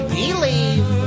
believe